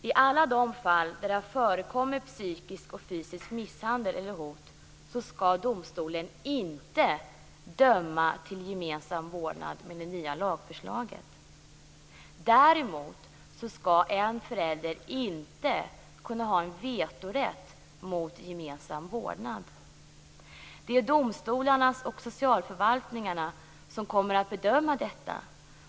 I alla de fall där det har förekommit psykisk eller fysisk misshandel eller hot skall domstolen inte döma till gemensam vårdnad med det nya lagförslaget. Däremot skall en förälder inte kunna ha vetorätt mot gemensam vårdnad. Det är domstolarna och socialförvaltningarna som kommer att bedöma detta.